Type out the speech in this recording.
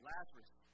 Lazarus